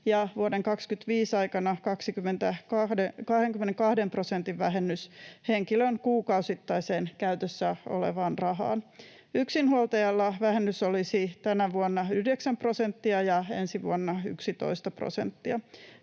vuoden 25 aikana 22 prosentin vähennys henkilön kuukausittaiseen käytössä olevaan rahaan. Yksinhuoltajalla vähennys olisi tänä vuonna 9 prosenttia ja ensi vuonna 11 prosenttia.